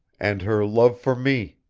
and her love for me,